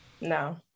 No